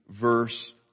verse